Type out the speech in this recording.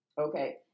Okay